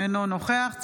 אינו נוכח יבגני סובה,